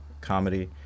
comedy